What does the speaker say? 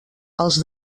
els